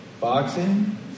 boxing